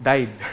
Died